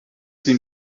sie